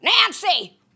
Nancy